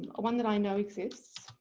ah one that i know exists.